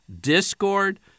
discord